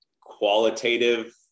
qualitative